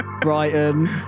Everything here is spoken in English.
Brighton